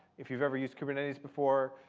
if you've ever used kubernetes before,